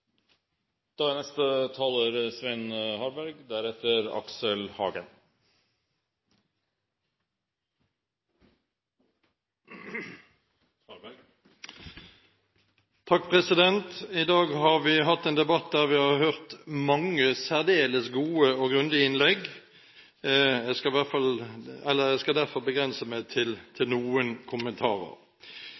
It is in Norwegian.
I dag har vi hatt en debatt der vi har hørt mange særdeles gode og grundige innlegg. Jeg skal derfor begrense meg til noen kommentarer. Som flere har sagt, er det sånn at vi noen